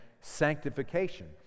sanctification